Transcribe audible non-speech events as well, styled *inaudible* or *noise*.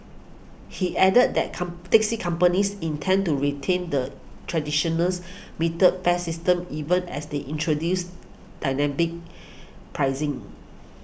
he added that come taxi companies intend to retain the traditional *unintelligible* metered fare system even as they introduce dynamic pricing